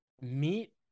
meat